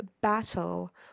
battle